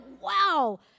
wow